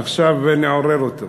עכשיו נעיר אותו.